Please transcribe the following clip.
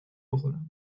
بخورم